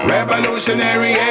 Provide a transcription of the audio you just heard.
Revolutionary